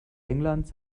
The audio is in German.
englands